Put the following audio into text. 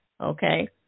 Okay